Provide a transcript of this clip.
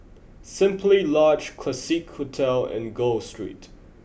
simply Lodge Classique Hotel and Gul Street